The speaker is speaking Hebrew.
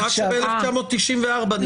נאמר שב-1994 ניתן מעמד.